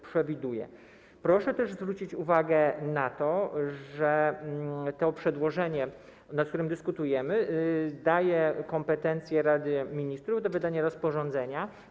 Proszę też zwrócić uwagę na to, że przedłożenie, nad którym dyskutujemy, daje kompetencje Radzie Ministrów do wydania rozporządzenia.